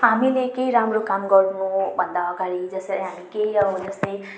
हामीले केही राम्रो काम गर्नु हो भन्दा अगाडि जसरी हामी केही अब जस्तै